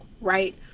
right